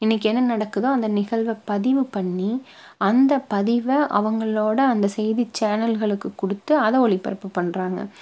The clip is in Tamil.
இன்னைக்கு என்ன நடக்குதோ அந்த நிகழ்வை பதிவு பண்ணி அந்த பதிவை அவங்களோட அந்த செய்தி சேனல்களுக்கு கொடுத்து அதை ஒளிபரப்பு பண்ணுறாங்க